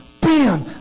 bam